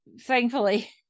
thankfully